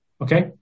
Okay